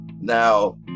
Now